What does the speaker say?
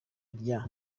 rya